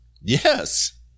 Yes